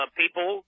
people